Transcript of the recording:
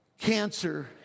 cancer